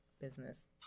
business